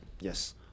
Yes